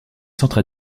centre